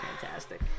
fantastic